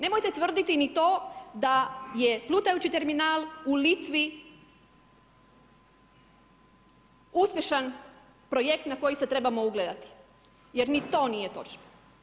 Nemojte tvrditi ni to da je plutajući terminal u Litvi uspješan projekt na koji se trebamo ugledati jer ni to nije točno.